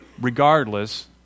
Regardless